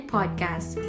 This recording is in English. Podcast